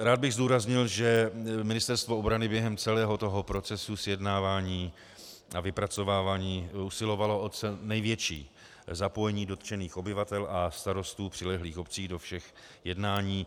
Rád bych zdůraznil, že Ministerstvo obrany během celého toho procesu sjednávání a vypracovávání usilovalo o co největší zapojení dotčených obyvatel a starostů přilehlých obcí do všech jednání.